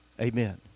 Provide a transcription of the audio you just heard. Amen